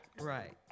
Right